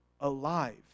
alive